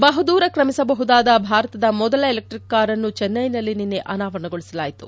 ಬಹುದೂರ ಕ್ರಮಿಸಬಹುದಾದ ಭಾರತದ ಮೊದಲ ಎಲೆಕ್ಟಿಕ್ ಕಾರ್ ಅನ್ನು ಚೆನ್ಟೆನಲ್ಲಿ ನಿನ್ನೆ ಅನಾವರಣಗೊಳಿಸಲಾಯಿತು